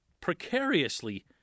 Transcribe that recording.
precariously